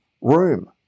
room